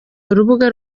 urubuga